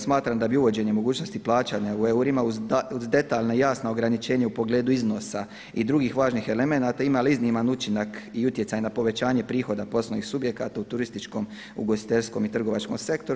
Smatram da bi uvođenjem mogućnosti plaćanja u eurima uz detaljna i jasna ograničenja u pogledu iznosa i drugih važnih elemenata imali izniman učinak i utjecaj na povećanje prihoda poslovnih subjekata u turističkom, ugostiteljskom i trgovačkom sektoru.